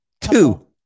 Two